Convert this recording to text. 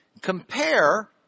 Compare